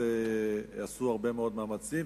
עשו הרבה מאוד מאמצים,